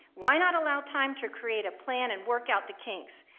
why not allow time to create a plan and work out the kinks,